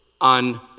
on